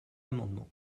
amendement